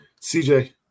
CJ